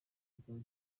bikaba